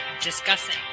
discussing